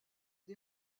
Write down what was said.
des